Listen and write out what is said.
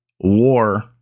war